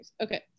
Okay